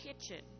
kitchen